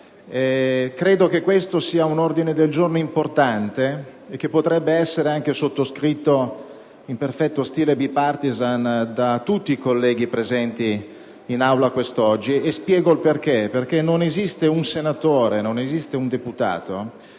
Credo che questo sia un ordine del giorno importante e che potrebbe essere anche sottoscritto, in perfetto stile *bipartisan*, da tutti i colleghi presenti in Aula quest'oggi. Spiego il perché: non esiste un senatore o un deputato